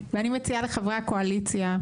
ואני מציעה לחברי הקואליציה,